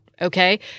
Okay